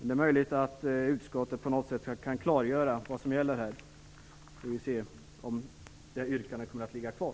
Det är möjligt att utskottet på något sätt kan klargöra vad som gäller, så får vi se om mitt yrkande kommer att ligga kvar.